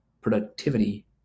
Productivity